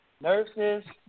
nurses